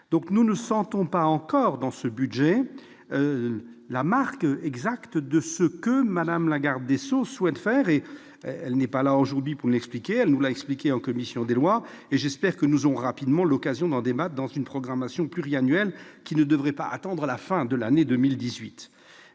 Nous ne sentons donc pas encore, dans ce budget, la marque exacte de ce que Mme la garde des sceaux souhaite faire. Elle n'est pas là aujourd'hui pour nous l'expliquer ; elle nous l'a expliqué en commission des lois, et j'espère que nous aurons rapidement l'occasion d'en débattre, dans le cadre d'une programmation pluriannuelle qui ne devrait pas attendre la fin de l'année 2018.